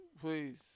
please